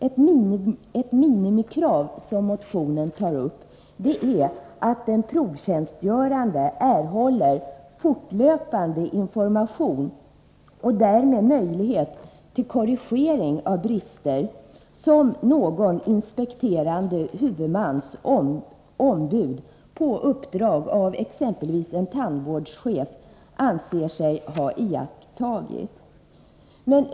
Ett minimikrav som föreslås i motionen är att den provtjänstgörande fortlöpande erhåller information och därmed får möjlighet till korrigering av brister som någon inspekterande huvudmans ombud, på uppdrag av exempelvis en tandvårdschef, anser sig ha iakttagit.